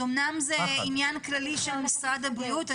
זה אמנם עניין כללי של משרד הבריאות,